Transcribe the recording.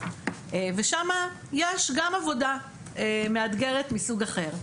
ושמה יש גם עבודה מאתגר את מסוג אחר.